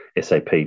SAP